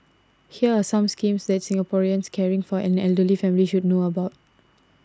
here are some schemes that Singaporeans caring for an elderly family should know about